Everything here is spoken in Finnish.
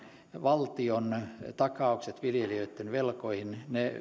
valtiontakaukset viljelijöitten velkoihin